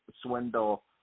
swindle